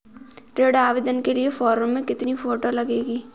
ऋण आवेदन के फॉर्म में कितनी फोटो लगेंगी?